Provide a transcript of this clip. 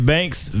Banks